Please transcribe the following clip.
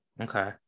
Okay